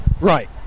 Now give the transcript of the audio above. Right